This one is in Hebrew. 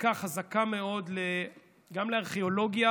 זיקה חזקה מאוד גם לארכיאולוגיה